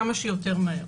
כמה שיותר מהר.